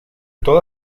toda